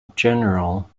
general